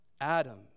Adam